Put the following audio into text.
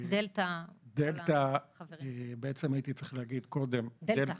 ומספרים לנו: בעקבות הפרסומים שלכם נדלקה לי נורה אדומה,